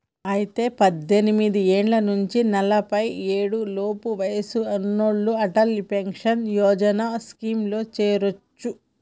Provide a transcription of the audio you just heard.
అయితే పద్దెనిమిది ఏళ్ల నుంచి నలఫై ఏడు లోపు వయసు ఉన్నోళ్లు అటల్ పెన్షన్ యోజన స్కీమ్ లో చేరొచ్చు